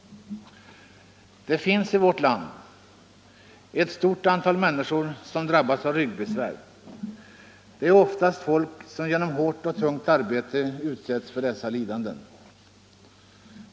Det finns i vårt land ett stort antal människor som drabbas av ryggbesvär. Det är oftast folk som har hårt och tungt arbete som utsätts för dessa lidanden.